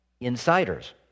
insiders